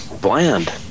Bland